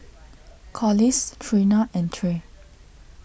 Collis Trena and Tre